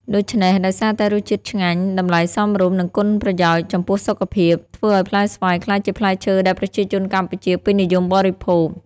ដូច្នេះ ដោយសារតែរសជាតិឆ្ងាញ់ តម្លៃសមរម្យ និងគុណប្រយោជន៍ចំពោះសុខភាព ធ្វើឱ្យផ្លែស្វាយក្លាយជាផ្លែឈើដែលប្រជាជនកម្ពុជាពេញនិយមបរិភោគ។